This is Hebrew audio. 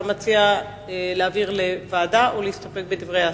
אתה מציע להעביר לוועדה או להסתפק בדברי השר?